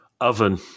oven